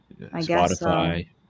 Spotify